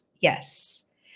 Yes